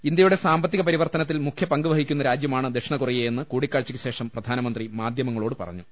ഇന്ത്യയുടെ സാമ്പത്തിക പരിവർത്തനത്തിൽ മുഖ്യ പങ്ക് വഹിക്കുന്ന രാജ്യമാണ് ദക്ഷിണ കൊറിയയെന്ന് കൂടിക്കാഴ്ചക്ക് ശേഷം പ്രധാനമന്ത്രി മാധ്യമങ്ങളോട് പ്പറഞ്ഞു